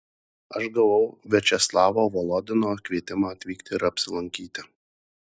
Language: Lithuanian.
aš gavau viačeslavo volodino kvietimą atvykti ir apsilankyti